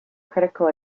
critical